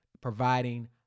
providing